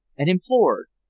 and implored,